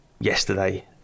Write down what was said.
yesterday